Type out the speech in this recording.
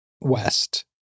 West